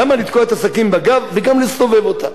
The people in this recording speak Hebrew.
למה לתקוע את הסכין בגב וגם לסובב אותה?